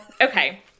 okay